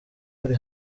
bari